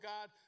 God